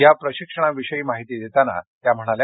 या प्रशिक्षणाविषयी माहिती देतांना त्या म्हणाल्या